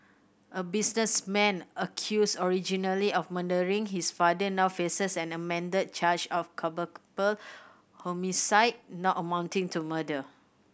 a businessman accused originally of murdering his father now faces an amended charge of homicide not amounting to murder